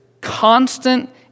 constant